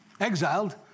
exiled